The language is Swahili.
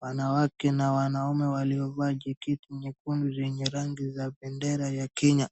Wanawake na wanaume waliovaa jeketi nyekundu zenye rangi za bendera ya Kenya.